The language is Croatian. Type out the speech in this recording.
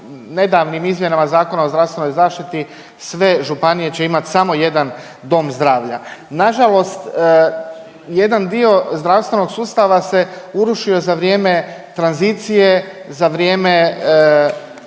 nedavnim izmjenama Zakona o zdravstvenoj zaštiti sve županije će imat samo jedan dom zdravlja. Nažalost jedan dio zdravstvenog sustava se urušio za vrijeme tranzicije, za vrijeme